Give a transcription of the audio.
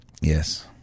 Yes